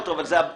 זה לא יקר,